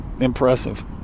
impressive